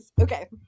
Okay